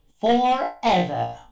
forever